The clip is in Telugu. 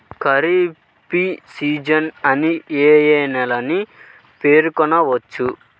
ఖరీఫ్ సీజన్ అని ఏ ఏ నెలలను పేర్కొనవచ్చు?